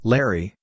Larry